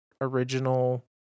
original